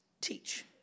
teach